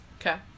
Okay